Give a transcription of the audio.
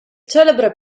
celebre